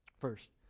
first